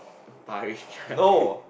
Paris-Chai